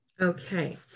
Okay